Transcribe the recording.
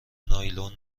نایلون